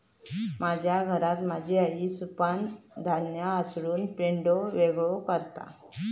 माझ्या घरात माझी आई सुपानं धान्य हासडून पेंढो वेगळो करता